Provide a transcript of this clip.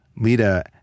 Lita